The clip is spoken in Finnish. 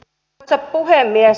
arvoisa puhemies